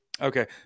Okay